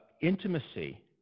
intimacy